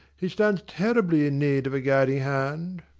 he stands terribly in need of a guiding hand.